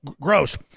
gross